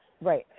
Right